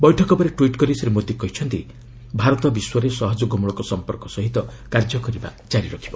ବୈଠକ ପରେ ଟ୍ୱିଟ୍ କରି ଶ୍ରୀ ମୋଦି କହିଛନ୍ତି ଭାରତ ବିଶ୍ୱରେ ସହଯୋଗମୂଳକ ସମ୍ପର୍କ ସହିତ କାର୍ଯ୍ୟକରିବା ଜାରି ରଖିବ